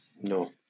no